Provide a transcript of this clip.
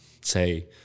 say